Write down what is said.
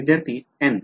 विद्यार्थीः एन